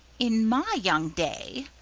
in my young day,